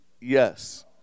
Yes